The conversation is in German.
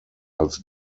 als